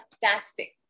fantastic